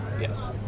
yes